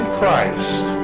Christ